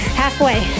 halfway